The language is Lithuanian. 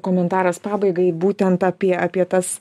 komentaras pabaigai būtent apie apie tas